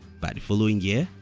by the following year,